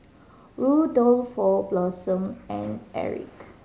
Rudolfo Blossom and Erich